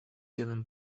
given